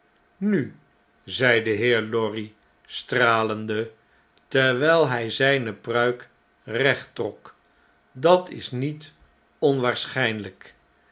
nu zei de heer lorry stralende terwjjl hjj zjjne pruik recht trok dat is niet onwaarschjjnlijk